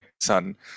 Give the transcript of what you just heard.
son